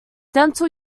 dental